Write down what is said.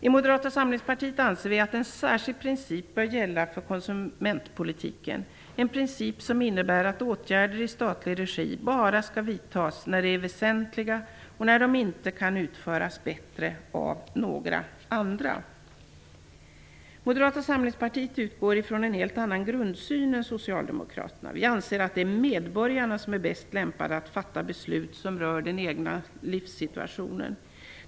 I Moderata samlingspartiet anser vi att en särskild princip bör gälla för konsumentpolitiken - en princip som innebär att åtgärder i statlig regi bara skall vidtas när de är väsentliga och när de inte kan utföras bättre av några andra. Moderata samlingspartiet utgår från en helt annan grundsyn än socialdemokraterna. Vi anser att det är medborgarna som är bäst lämpade att fatta beslut som rör den egna livssituationen.